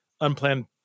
unplanned